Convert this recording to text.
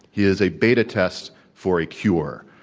he is a beta test for a cure.